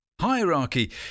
Hierarchy